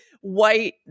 white